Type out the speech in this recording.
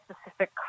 specific